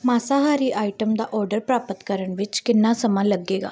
ਮਾਸਾਹਾਰੀ ਆਈਟਮ ਦਾ ਆਰਡਰ ਪ੍ਰਾਪਤ ਕਰਨ ਵਿੱਚ ਕਿੰਨਾ ਸਮਾਂ ਲੱਗੇਗਾ